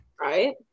right